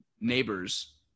neighbors